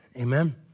Amen